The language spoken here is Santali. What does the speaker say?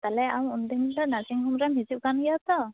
ᱛᱟᱦᱚᱞᱮ ᱟᱢ ᱩᱱᱫᱤᱱᱫᱚ ᱱᱟᱨᱥᱤᱝᱦᱳᱢ ᱨᱮᱢ ᱦᱤᱡᱩᱜ ᱠᱟᱱ ᱜᱮᱭᱟᱛᱚ